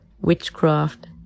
witchcraft